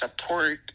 support